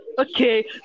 Okay